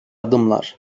adımlar